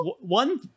one